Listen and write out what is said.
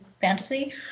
fantasy